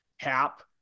cap